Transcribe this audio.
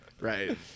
Right